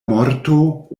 morto